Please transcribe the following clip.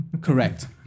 Correct